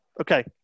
okay